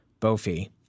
Bofi